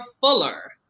Fuller